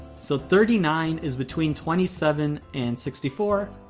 so thirty nine is between twenty seven and sixty four,